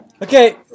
Okay